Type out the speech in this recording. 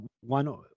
one